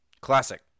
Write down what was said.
Classic